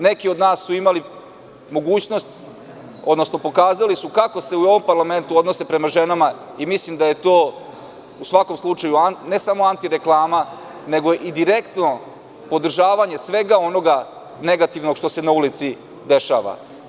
Neki od nas su čak imali mogućnost, odnosno pokazali su kako se u ovom parlamentu odnose prema ženama i mislim da je to u svakom slučaju ne samo antireklama, nego i direktno podržavanje svega onoga negativnog što se na ulici dešava.